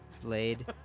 blade